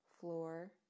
Floor